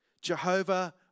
Jehovah